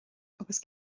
agus